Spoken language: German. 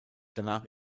danach